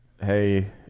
hey